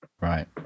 right